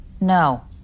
No